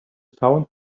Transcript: sounds